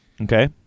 Okay